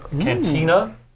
cantina